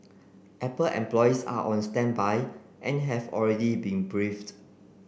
Apple employees are on standby and have already been briefed